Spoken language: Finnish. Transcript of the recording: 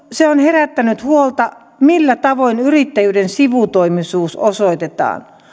se on herättänyt huolta millä tavoin yrittäjyyden sivutoimisuus osoitetaan